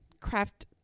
craft